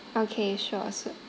okay sure so